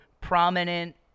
prominent